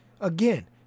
again